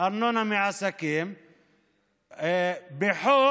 ארנונה מעסקים בחוק